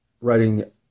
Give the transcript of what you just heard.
writing